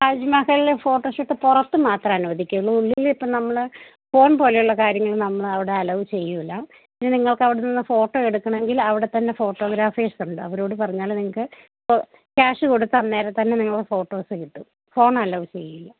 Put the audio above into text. താജ്മഹലില് photo shoot പുറത്തു മാത്രമേ അനുവദിക്കുകയുളു ഉള്ളിലിപ്പോള് നമ്മള് ഫോൺ പോലുള്ള കാര്യങ്ങൾ നമ്മളവിടെ അലൗ ചെയ്യുകയില്ല പിന്നെ നിങ്ങൾക്ക് അവിടെ നിന്ന് ഫോട്ടോ എടുക്കണമെങ്കിൽ അവിടെത്തന്നെ ഫോട്ടോഗ്രാഫേഴ്സുണ്ട് അവരോടു പറഞ്ഞാള് നിങ്ങള്ക്ക് ക്യാഷ് കൊടുത്തന്നേരം തന്നെ നിങ്ങളുടെ ഫോട്ടോസ് കിട്ടും ഫോൺ അലൗ ചെയ്യില്ല